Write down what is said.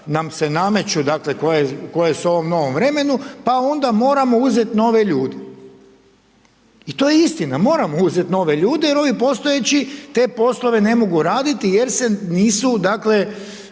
nam se nameću, dakle koje su u ovom novom vremenu, pa onda moramo uzet nove ljude. I to je istina, moramo uzeti nove ljude jer ovi postojeći te poslove ne mogu raditi jer se nisu dakle